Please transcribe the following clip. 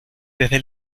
desde